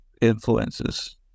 influences